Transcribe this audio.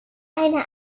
eine